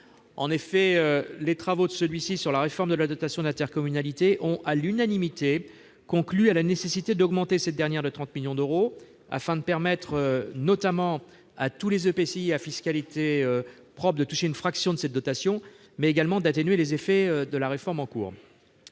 En effet, les travaux du CFL sur la réforme de la dotation d'intercommunalité ont, à l'unanimité, conclu à la nécessité d'augmenter cette dernière de 30 millions d'euros, afin non seulement de permettre à tous les EPCI à fiscalité propre de toucher une fraction de cette dotation, mais également d'atténuer les effets de la réforme. Sur